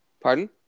pardon